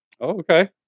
Okay